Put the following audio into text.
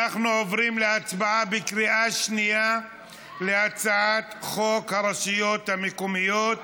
אנחנו עוברים להצבעה בקריאה שנייה על הצעת חוק הרשויות המקומיות